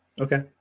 okay